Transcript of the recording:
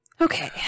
Okay